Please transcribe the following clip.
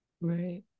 right